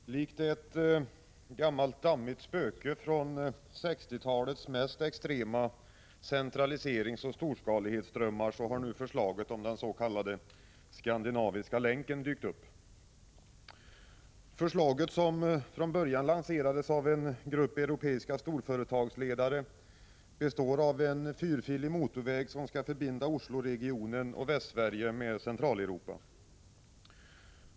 Fru talman! Likt ett gammalt dammigt spöke från 1960-talets mest extrema centraliseringsoch storskalighetsdrömmar har nu förslaget om den s.k. skandinaviska länken dykt upp. Förslaget som från början lanserades av en grupp europeiska storföretagsledare består av en fyrfilig motorväg som skall förbinda Osloregionen och Västsverige med Centraleuropa.